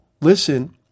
listen